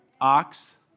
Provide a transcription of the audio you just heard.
Ox